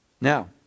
Now